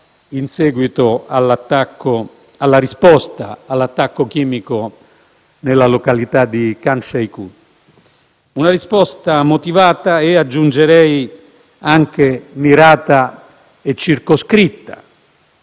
in seguito alla risposta all'attacco chimico nella località di Khan Shaykhun. Una risposta motivata e, aggiungerei, anche mirata e circoscritta.